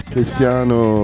Cristiano